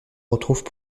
retrouvent